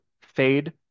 fade